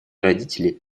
родители